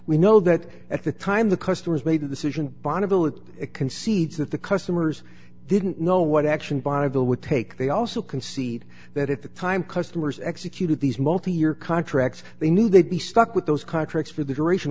we know that at the time the customers made a decision bonneville it concedes that the customers didn't know what action bonneville would take they also concede that at the time customers executed these multi year contracts they knew they'd be stuck with those contracts for the duration